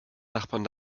nachbarn